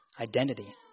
identity